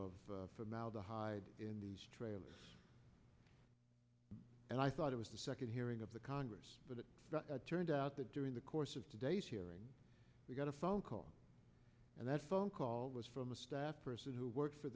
of formaldehyde in the trailers and i thought it was hearing of the congress but it turned out that during the course of today's hearing we got a phone call and that phone call was from a staff person who works for